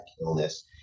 illness